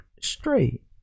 straight